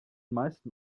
meisten